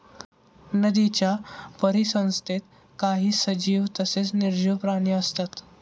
नदीच्या परिसंस्थेत काही सजीव तसेच निर्जीव प्राणी असतात